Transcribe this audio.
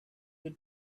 the